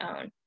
own